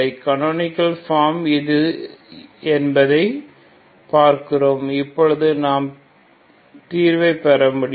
கனோனிகள் form இது என்பதை பார்க்கிறோம் இப்போது நாம் தீர்வைக் பெற முடியும்